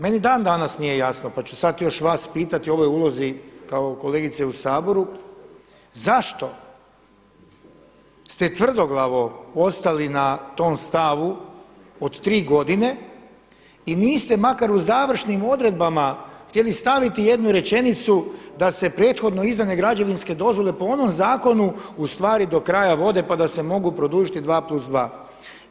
Meni dan danas nije jasno, pa ću sad još vas pitati o ovoj ulozi kao kolegice u Saboru zašto ste tvrdoglavo ostali na tom stavu od tri godine i niste makar u završnim odredbama htjeli staviti jednu rečenicu da se prethodno izdane građevinske dozvole po onom zakonu u stvari do kraja vode, pa da se mogu produžiti dva plus dva.